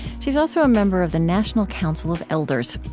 she is also a member of the national council of elders.